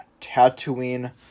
Tatooine